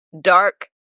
dark